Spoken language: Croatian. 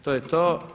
To je to.